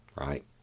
right